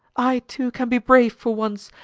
i too can be brave for once,